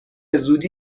زودی